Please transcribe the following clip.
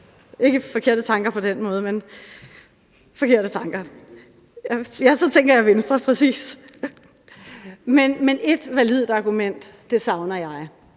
ikke forkerte tanker på den måde, men forkerte tanker – ja, så tænker jeg præcis på Venstre. Men ét validt argument for at